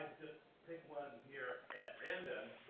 just pick one here at random,